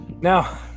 Now